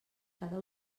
cada